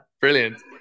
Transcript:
Brilliant